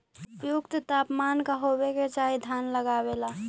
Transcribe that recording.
उपयुक्त तापमान का होबे के चाही धान लगावे ला?